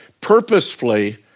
purposefully